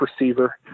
receiver